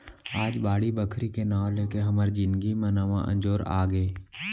आज बाड़ी बखरी के नांव लेके हमर जिनगी म नवा अंजोर आगे